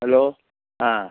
hello ஆ